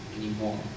anymore